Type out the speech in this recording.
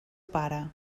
pare